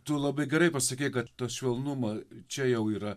tu labai gerai pasakei kad tą švelnumą čia jau yra